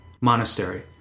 monastery